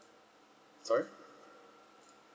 sorry